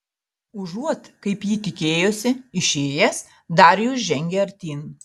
užuot kaip ji tikėjosi išėjęs darijus žengė artyn